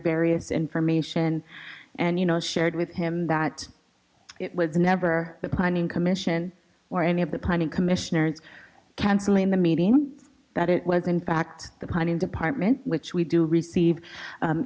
various information and you know shared with him that it was never the planning commission or any of the planning commissioners canceling the meeting that it was in fact the planning department which we do receive